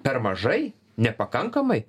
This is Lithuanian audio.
per mažai nepakankamai